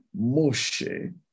Moshe